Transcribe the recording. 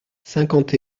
cinquante